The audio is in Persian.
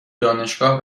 دانشگاه